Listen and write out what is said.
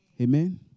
Amen